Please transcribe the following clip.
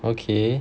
okay